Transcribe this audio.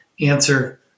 answer